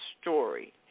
story